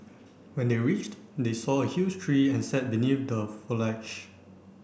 when they reached they saw a huge tree and sat beneath the foliage